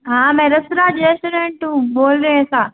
हाँ मैं रसराज रेस्टोरेंट हूँ बोल रहे है का